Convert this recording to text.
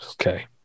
Okay